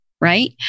right